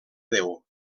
déu